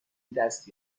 دست